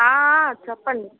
చెప్పండి